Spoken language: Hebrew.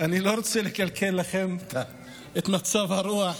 אני לא רוצה לקלקל לכם את מצב הרוח,